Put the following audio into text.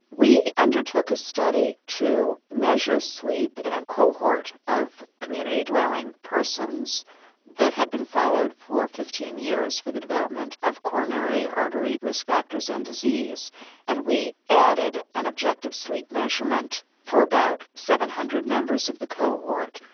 we undertook a study to measure sleep in a cohort of community dwelling persons that had been followed for fifteen years for the development of coronary artery risk factors and disease and we added an objective sleep measurement for about seven hundred members of the cohort.